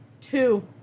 two